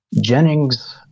Jennings